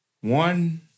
one